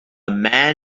man